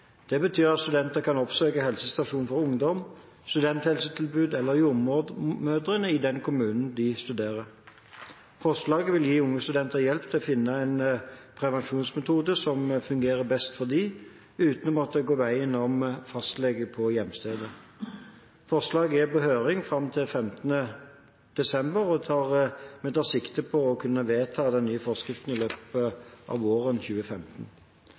Det betyr at studenter kan oppsøke helsestasjoner for ungdom, studenthelsetilbud eller jordmødre i den kommunen de studerer. Forslaget vil gi unge studenter hjelp til å finne en prevensjonsmetode som fungerer best for dem, uten å måtte gå veien om fastlege på hjemstedet. Forslaget er på høring fram til 15. desember, og vi tar sikte på å kunne vedta den nye forskriften i løpet av våren 2015.